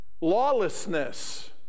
lawlessness